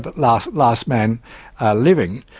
but last last man living.